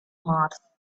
mars